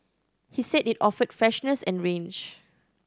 he said it offered freshness and range